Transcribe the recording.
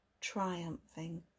triumphing